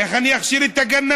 איך אני אכשיר את הגנבים?